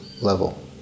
level